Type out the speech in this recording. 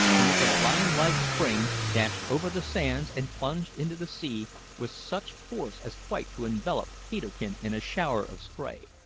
and with a lion-like spring, dashed over the sands and plunged into the sea with such force as quite to envelop peterkin in a shower of spray.